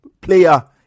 player